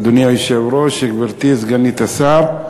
אדוני היושב-ראש, גברתי סגנית השר,